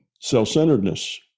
self-centeredness